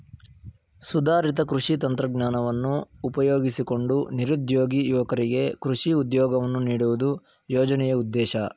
ಸುಧಾರಿತ ಕೃಷಿ ತಂತ್ರಜ್ಞಾನವನ್ನು ಉಪಯೋಗಿಸಿಕೊಂಡು ನಿರುದ್ಯೋಗಿ ಯುವಕರಿಗೆ ಕೃಷಿ ಉದ್ಯೋಗವನ್ನು ನೀಡುವುದು ಯೋಜನೆಯ ಉದ್ದೇಶ